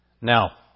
Now